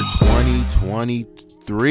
2023